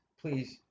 please